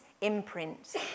imprint